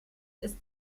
ist